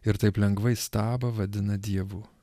ir taip lengvai stabą vadina dievu